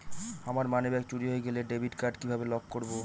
আমার মানিব্যাগ চুরি হয়ে গেলে ডেবিট কার্ড কিভাবে লক করব?